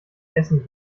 essen